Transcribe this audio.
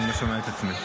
אני לא שומע את עצמי.